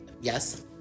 Yes